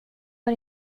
var